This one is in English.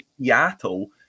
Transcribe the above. Seattle